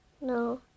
No